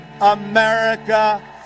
America